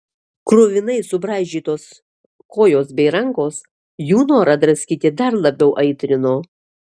kruvinai subraižytos kojos bei rankos jų norą draskyti dar labiau aitrino